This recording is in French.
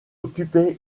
occupait